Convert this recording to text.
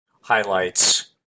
highlights